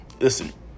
Listen